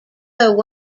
won